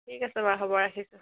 ঠিক আছে বাৰু হ'ব ৰাখিছোঁ